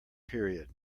period